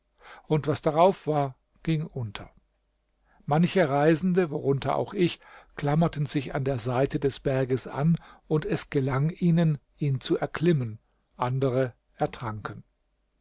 und was darauf war ging unter manche reisende worunter auch ich klammerten sich an der seite des berges an und es gelang ihnen ihn zu erklimmen andere ertranken